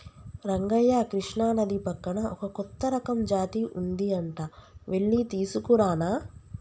రంగయ్య కృష్ణానది పక్కన ఒక కొత్త రకం జాతి ఉంది అంట వెళ్లి తీసుకురానా